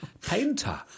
painter